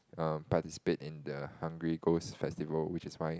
um participate in the Hungry Ghost Festival which is why